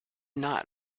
not